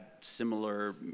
similar